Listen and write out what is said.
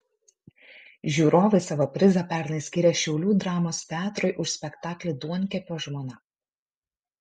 žiūrovai savo prizą pernai skyrė šiaulių dramos teatrui už spektaklį duonkepio žmona